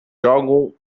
jogam